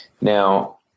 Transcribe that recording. Now